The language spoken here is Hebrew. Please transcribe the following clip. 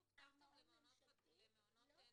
אלין, אבל אתם ב-2015 לא תוקצבתם למעונות נעולים?